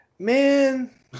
man